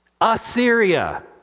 Assyria